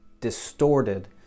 distorted